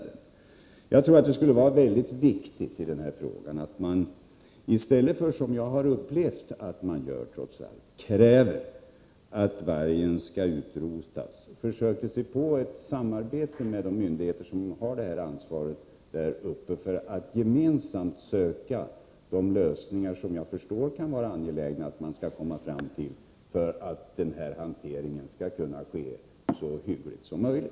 I stället för att kräva att vargen skall utrotas — det har jag upplevt att man trots allt gör — borde man försöka sig på ett samarbete med ansvariga myndigheter i Värmland för att gemensamt söka lösningar som gör att hanteringen av ärendena kan ske på ett så hyggligt sätt som möjligt.